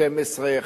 12,